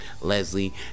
Leslie